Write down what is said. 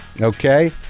Okay